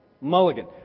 Mulligan